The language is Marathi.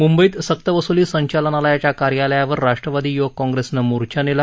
मुंबईत सक्त वसुली संचालनालयाच्या कार्यालयावर राष्ट्रवादी युवक काँप्रेसनं मोर्चा नेला